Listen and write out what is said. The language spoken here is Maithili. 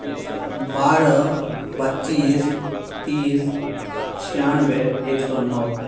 बारह पच्चीस तीस छियानवे एक सए नओ